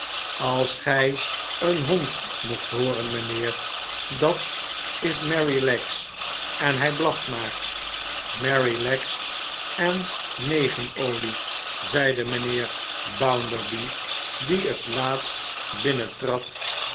als gij een hond mocht hooren mijnheer dat is merrylegs en hij blaft maar merrylegs en negen olie zeide mijnheer bounderby die het laatst